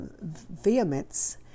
vehemence